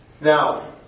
Now